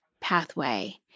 pathway